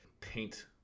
paint